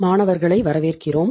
மாணவர்களை வரவேற்கிறோம்